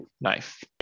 knife